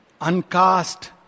uncast